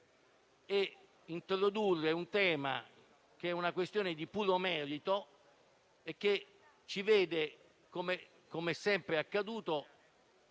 di introdurre un tema, che è una questione di puro merito e che ci vede, come sempre è accaduto,